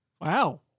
Wow